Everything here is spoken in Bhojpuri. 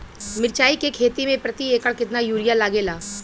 मिरचाई के खेती मे प्रति एकड़ केतना यूरिया लागे ला?